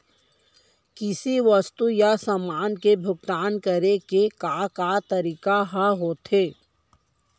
किसी वस्तु या समान के भुगतान करे के का का तरीका ह होथे?